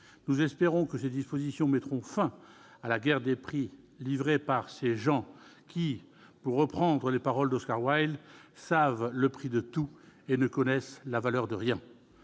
Nous espérons que ces dispositions mettront fin à la guerre des prix livrée par ces gens qui, pour reprendre les paroles d'Oscar Wilde, « savent le prix de tout et ne connaissent la valeur de rien